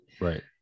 right